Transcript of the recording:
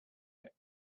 that